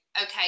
okay